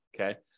Okay